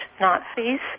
nazis